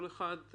כל אחד,